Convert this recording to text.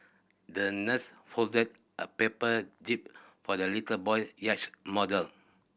the nurse folded a paper jib for the little boy yacht model